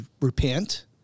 repent